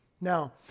Now